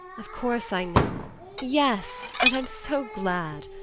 of course i know yes. and i'm so glad.